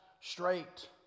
straight